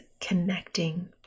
connecting